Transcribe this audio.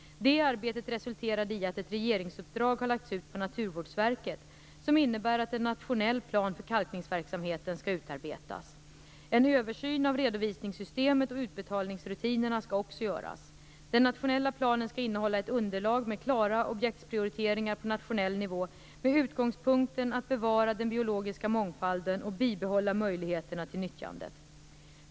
Det arbetet resulterade i att ett regeringsuppdrag har lagts ut på Naturvårdsverket. Uppdraget innebär att en nationell plan för kalkningsverksamheten skall utarbetas. En översyn av redovisningssystemet och utbetalningsrutinerna skall också göras. Den nationella planen skall innehålla ett underlag med klara objektsprioriteringar på nationell nivå med utgångspunkten att bevara den biologiska mångfalden och bibehålla möjligheterna till nyttjandet.